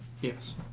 Yes